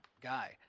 guy